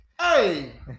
hey